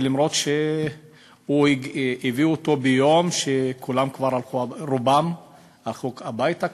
ולמרות שהביאו אותו ביום שרובם כבר הלכו הביתה,